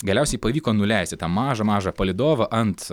galiausiai pavyko nuleisti tą mažą mažą palydovą ant